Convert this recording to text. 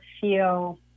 feel